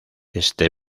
este